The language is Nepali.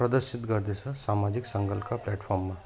प्रदर्शित गर्दैछ सामाजिक सञ्जालको प्ल्याटफर्ममा